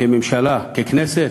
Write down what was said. כממשלה, ככנסת,